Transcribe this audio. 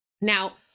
Now